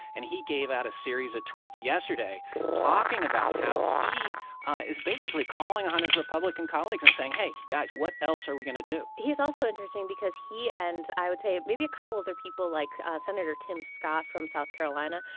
and he gave out a series of tweets yesterday talking about how he is basically calling on his republican colleagues and saying, hey, guys, what else are we going to do? he is also interesting because he and, i would say, maybe a couple other people, like ah senator tim scott from south carolina,